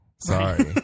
Sorry